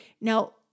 Now